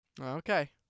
Okay